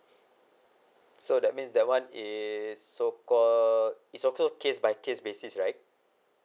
so that means that one is so called is occur case by case basis right